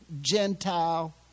Gentile